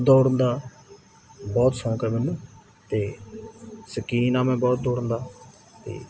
ਦੌੜਨ ਦਾ ਬਹੁਤ ਸੌਂਕ ਹੈ ਮੈਨੂੰ ਅਤੇ ਸ਼ੌਕੀਨ ਹਾਂ ਮੈਂ ਬਹੁਤ ਦੋੜਨ ਦਾ ਅਤੇ